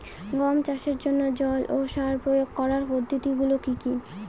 গম চাষের জন্যে জল ও সার প্রয়োগ করার পদ্ধতি গুলো কি কী?